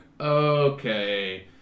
okay